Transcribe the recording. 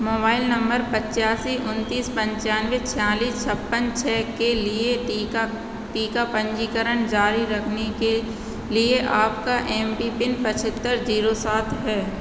mobile number पचासी उनतीस पंचानबे छियालीस छप्पन छ के लिए टीका टीका पंजीकरण जारी रखने के लिए आपका एम पी पिन पचहत्तर जीरो सात है